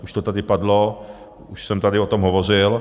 Už to tady padlo, už jsem tady o tom hovořil.